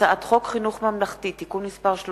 הצעת חוק חינוך ממלכתי (תיקון מס' 13)